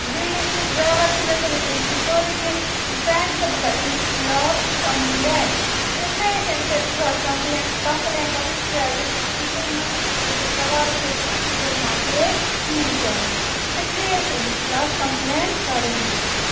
بیٚیہِ یُس یہِ ڈرٛیوَر چھُ مےٚ کٔرِو تُہۍ أمۍ سُنٛد سورُے کینٛہہ سٮ۪نٛڈ تہٕ بہٕ کَرٕ أمِس خِلاف کمپٕلین اِسلیے چھِ أمِس سٕنٛدۍ خِلاف کمپٕیین کمپٕلین کَرٕنۍ تِکیٛازِ یہِ چھُنہٕ أکِس سَوارِ سۭتۍ اَصٕل پٲٹھۍ یِوان پیش کِہیٖنۍ تہِ نہٕ اِسلیے چھِ أمِس خِلاف کمپٕلین کَرٕنۍ مےٚ